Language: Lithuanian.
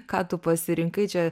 ką tu pasirinkai čia